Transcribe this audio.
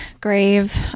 grave